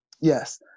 Yes